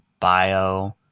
bio